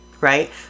right